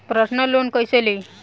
Personal loan कैसे ली?